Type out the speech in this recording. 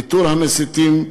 איתור המסיתים,